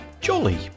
jolly